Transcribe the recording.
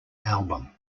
album